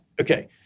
Okay